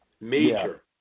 Major